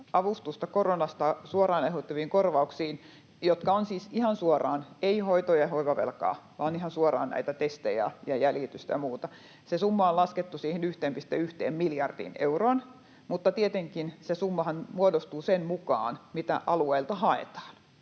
avustusta koronasta suoraan aiheutuviin kustannuksiin, jotka ovat siis ihan suoria, ei hoito- ja hoivavelkaa, vaan ihan suoraan näitä testejä ja jäljitystä ja muuta, se summa on laskettu siihen 1,1 miljardiin euroon, mutta tietenkin se summahan muodostuu sen mukaan, mitä alueilta haetaan,